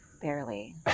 Barely